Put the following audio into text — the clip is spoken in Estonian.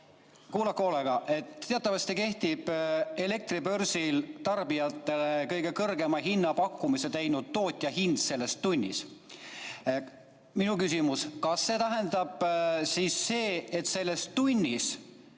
kuulake hoolega. Teatavasti kehtib elektribörsil tarbijatele kõige kõrgema hinnapakkumise teinud tootja hind selles tunnis. Mu küsimus: kas see tähendab siis seda, et selles tunnis